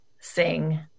sing